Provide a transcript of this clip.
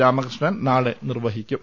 രാമകൃഷ്ണൻ നാളെ നിർവ്വഹിക്കും